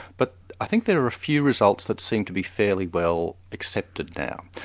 but i think there are a few results that seem to be fairly well accepted now.